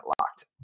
Locked